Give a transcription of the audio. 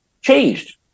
changed